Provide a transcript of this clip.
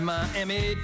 Miami